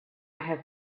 have